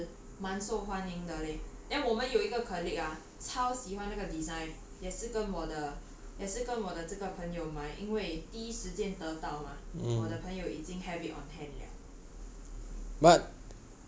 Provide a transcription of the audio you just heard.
then 那个 game of thrones 的鞋子也是蛮受欢迎的 leh then 我们有一个 colleague ah 超喜欢那个 design 也是跟我的也是跟我的这个朋友买因为第一时间得到 mah 我的朋友已经 have it on hand 了